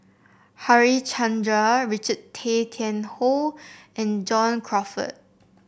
Harichandra Richard Tay Tian Hoe and John Crawfurd